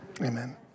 Amen